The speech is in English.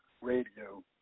radio